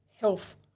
Health